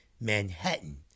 Manhattan